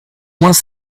moins